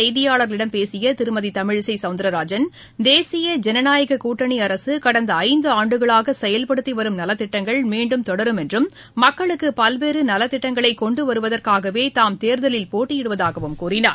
செய்தியாளர்களிடம் பேசியதிருமதிதமிழிசைசௌந்திரராஜன் பின்னர் தேசிய ஜனநாயககூட்டணிஅரசுகடந்தஐந்தாண்டுகளாகசெயல்படுத்திவரும் நலத்திட்டங்கள் மீண்டும் தொடரும் என்றும் மக்களுக்குபல்வேறுநலத்திட்டங்களைகொண்டுவருவதற்காகவேதாம் தேர்தலில் போட்டியிடுவதாகவும் கூறினார்